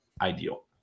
Ideal